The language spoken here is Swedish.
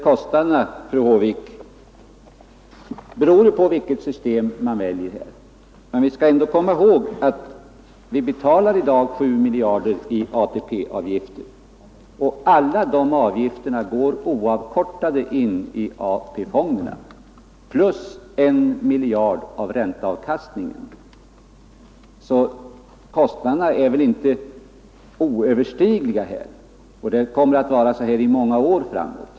Kostnaderna, fru Håvik, beror på vilket system man väljer. Vi skall komma ihåg att vi för närvarande betalar in 7 miljarder kronor i ATP-avgifter om året och alla dessa avgifter går oavkortat in till AP-fonderna plus 1 miljard kronor av ränteavkastningen. Kostnaderna är väl inte oöverstigliga, och det kommer att vara så under många år framåt.